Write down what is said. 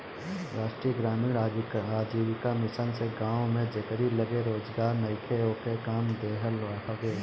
राष्ट्रीय ग्रामीण आजीविका मिशन से गांव में जेकरी लगे रोजगार नईखे ओके काम देहल हवे